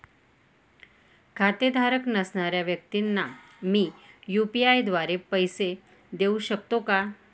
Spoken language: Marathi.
खातेधारक नसणाऱ्या व्यक्तींना मी यू.पी.आय द्वारे पैसे देऊ शकतो का?